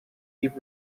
keep